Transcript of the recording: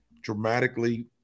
dramatically